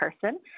person